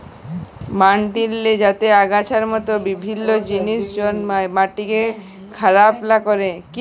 মাটিল্লে যাতে আগাছার মত বিভিল্ল্য জিলিস জল্মায় মাটিকে খারাপ লা ক্যরে